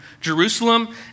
Jerusalem